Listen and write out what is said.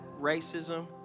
racism